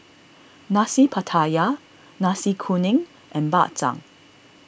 Nasi Pattaya Nasi Kuning and Bak Chang